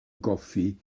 goffi